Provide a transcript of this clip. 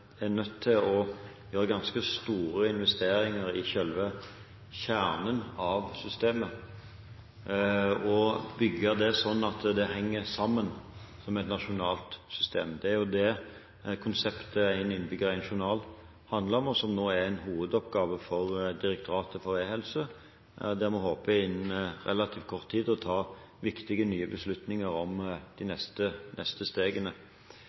er nødt til å gjøre ganske store investeringer i selve kjernen av systemet, og må bygge det sånn at det henger sammen som et nasjonalt system. Det er jo det konseptet «én innbygger, én journal» handler om, og som nå er en hovedoppgave for Direktoratet for e-helse, der vi håper innen relativt kort tid å ta viktige, nye beslutninger om de neste stegene.